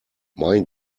mein